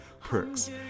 perks